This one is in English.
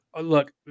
look